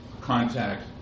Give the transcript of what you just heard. contact